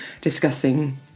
discussing